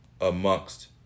amongst